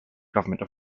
government